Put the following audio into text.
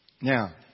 Now